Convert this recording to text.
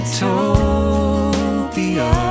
Utopia